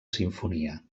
simfonia